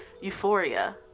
Euphoria